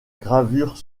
gravure